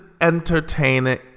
entertaining